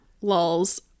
lulls